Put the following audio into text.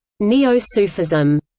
neo-sufism,